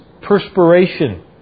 perspiration